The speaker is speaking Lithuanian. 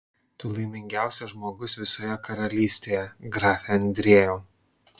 tu laimingiausias žmogus visoje karalystėje grafe andriejau